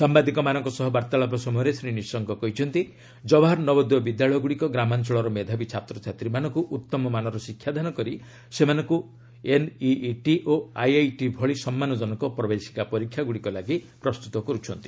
ସାମ୍ଭାଦିକମାନଙ୍କ ସହ ବାର୍ତ୍ତାଳାପ ସମୟରେ ଶ୍ରୀ ନିଶଙ୍କ କହିଛନ୍ତି ଜବାହାର ନବୋଦୟ ବିଦ୍ୟାଳୟଗୁଡ଼ିକ ଗ୍ରାମାଞ୍ଚଳର ମେଧାବୀ ଛାତ୍ରଛାତ୍ରୀମାନଙ୍କୁ ଉତ୍ତମମାନର ଶିକ୍ଷାଦାନ କରି ସେମାନଙ୍କୁ ଏନ୍ଇଇଟି ଓ ଆଇଆଇଟି ଭଳି ସମ୍ମାନଜନକ ପ୍ରବେଶିକା ପରୀକ୍ଷାଗୁଡ଼ିକ ଲାଗି ପ୍ରସ୍ତୁତ କରୁଛନ୍ତି